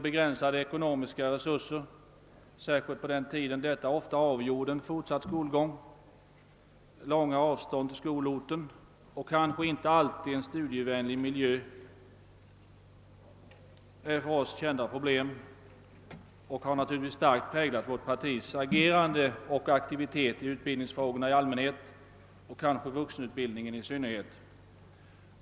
Begränsade ekonomiska resurser, som särskilt tidigare för många människor avgjorde frågan om en fortsatt skolgång, långa avstånd till skolorten och kanske en inte alltid studievänlig miljö är för oss kända problem, som naturligtvis starkt har präglat vårt partis aktivitet i utbildningsfrågor i allmänhet och kanske i fråga om vuxenutbildningen i synnerhet.